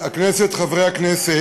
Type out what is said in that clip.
סגן יושב-ראש הכנסת, חברי הכנסת,